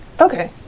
Okay